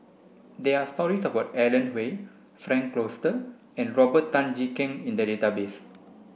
there are stories about Alan Oei Frank Cloutier and Robert Tan Jee Keng in the database